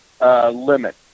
limit